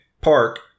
Park